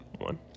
one